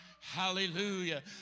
hallelujah